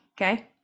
Okay